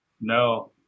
No